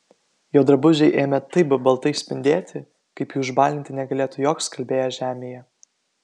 jo drabužiai ėmė taip baltai spindėti kaip jų išbalinti negalėtų joks skalbėjas žemėje